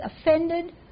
offended